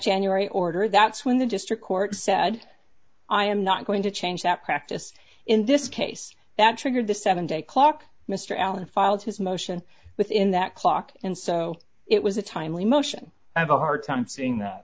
january order that's when the district court said i am not going to change that practice in this case that triggered the seven day clock mr allen filed his motion within that clock and so it was a timely motion i have a hard time seeing that